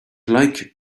like